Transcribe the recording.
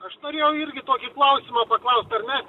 aš norėjau irgi tokį klausimą paklaust ar ne